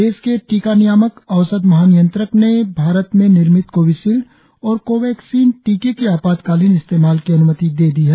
देश के टीका नियामक औषध महानियंत्रक ने भारत में निर्मित कोविशील्ड और कोवैक्सीन टीके के आपातकालीन इस्तेमाल की अन्मति दे दी है